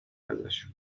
ازشون